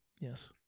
Yes